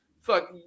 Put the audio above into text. fuck